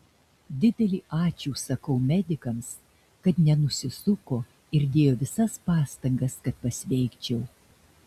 didelį ačiū sakau medikams kad nenusisuko ir dėjo visas pastangas kad pasveikčiau